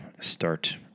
start